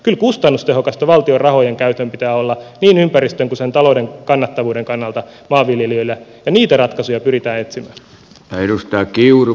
kyllä valtion rahojen käytön pitää olla kustannustehokasta niin ympäristön kuin sen talouden kannattavuuden kannalta maanviljelijöillä ja niitä ratkaisuja pyritään etsimään